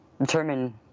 determine